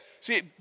See